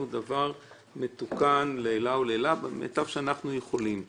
דבר מתוכן לעילא ולעילא במיטב שאנחנו יכולים.